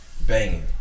banging